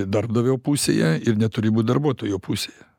darbdavio pusėje ir neturi būti darbuotojo pusėje